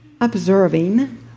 observing